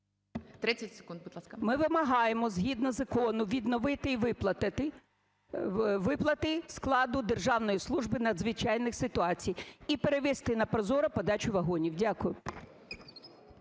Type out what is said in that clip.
Ми вимагаємо згідно закону відновити і виплатити виплати складу Державної служби надзвичайних ситуацій, і перевести на ProZorro подачу вагонів. Дякую.